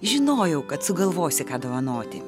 žinojau kad sugalvosi ką dovanoti